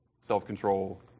self-control